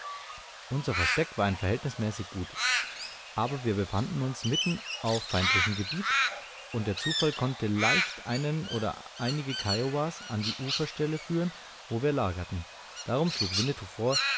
unser versteck war ein verhältnismäßig gutes aber wir befanden uns mitten auf feindlichem gebiete und der zufall konnte leicht einen oder einige kiowas an die uferstelle führen wo wir lagerten darum schlug winnetou vor